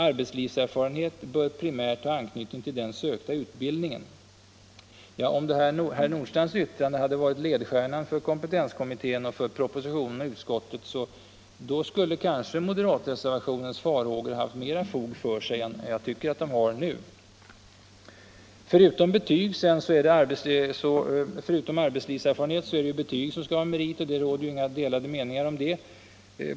Arbetslivserfarenhet bör primärt ha anknytning till den sökta utbildningen.” Om herr Nordstrandhs yttrande hade varit ledstjärnan för kompetenskommittén, propositionen och utskottet, skulle kanske moderaternas farhågor haft mera fog för sig än de har nu. Förutom arbetslivserfarenhet skall ju betyg vara merit — det råder inga delade meningar om det.